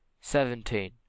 seventeen